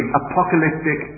apocalyptic